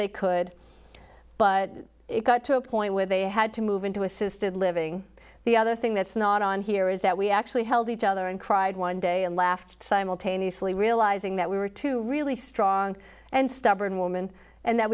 they could but it got to a point where they had to move into assisted living the other thing that's not on here is that we actually held each other and cried one day and laughed simultaneously realizing that we were two really strong and stubborn woman and that